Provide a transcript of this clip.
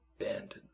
abandoned